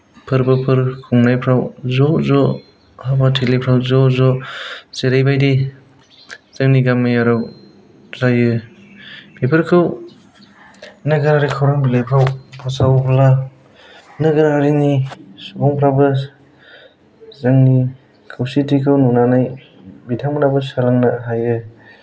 फोरबोफोर खुंनायफ्राव ज' ज' हाबाथिलिफ्राव ज' ज' जेरैबायदि जोंनि गामि एरियायाव जायो बेफोरखौ नोगोरारि खौरां बिलाइफोराव फोसावोब्ला नोगोरारिनि सुबुंफ्राबो जोंनि खौसेथिखौ नुनानै बिथांमोनाबो सोलोंनो हायो